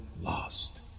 lost